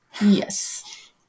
Yes